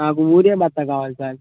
నాకు ఊరే బత్త కావాలి సార్